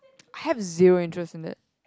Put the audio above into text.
I have zero interest in that